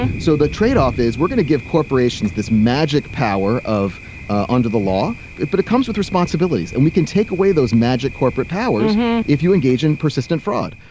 yeah so the tradeoff is we're going to give corporations this magic power of under the law but it comes with responsibilities and we can take away those magic corporate powers if you engage in persistent fraud.